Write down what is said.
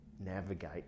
navigate